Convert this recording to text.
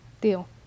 Deal